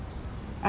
uh